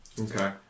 Okay